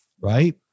Right